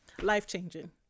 life-changing